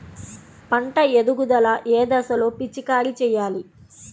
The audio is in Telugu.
పంట ఎదుగుదల ఏ దశలో పిచికారీ చేయాలి?